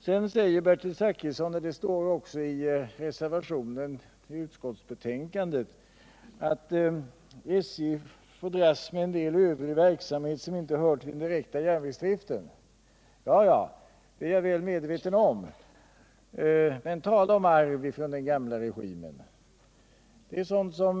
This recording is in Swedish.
Sedan säger Bertil Zachrisson, och det står också i reservationen vid betänkandet, att SJ får dras med en del övrig verksamhet som inte hör till den direkta järnvägsdriften. Ja, det är jag väl medveten om. Men tala om arv från den gamla regimen! Det är en belastning